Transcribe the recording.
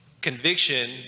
Conviction